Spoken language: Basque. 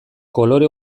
kolore